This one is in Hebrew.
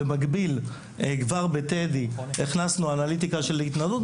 במקביל, כבר בטדי הכנסנו אנליטיקה של התנהגות.